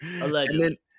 Allegedly